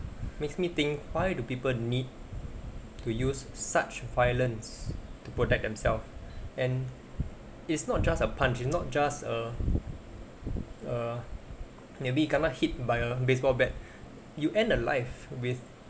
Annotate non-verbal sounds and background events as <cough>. makes me think why do people need to use such violence to protect themselves and it's not just a punch it's not just a err maybe kena hit by a baseball bat <breath> you end a life with